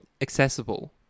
Accessible